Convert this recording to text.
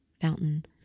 fountain